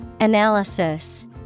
analysis